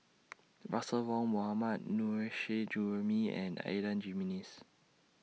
Russel Wong Mohammad Nurrasyid Juraimi and Adan Jimenez